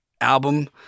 album